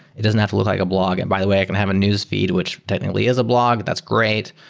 it doesn't have to look like a blog. and by the way, i can have a newsfeed, which technically is a blog. that's great.